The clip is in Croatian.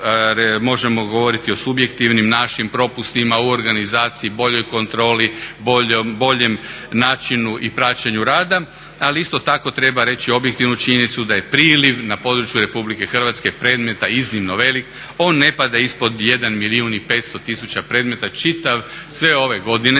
možemo govoriti o subjektivnim, našim propustima u organizaciji, boljoj kontroli, boljem načinu i praćenju rada. Ali isto tako treba reći objektivnu činjenicu da je priliv na području RH predmeta iznimno velik. On ne pada ispod 1 milijun i 500 tisuća predmeta čitav, sve ove godine.